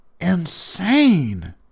insane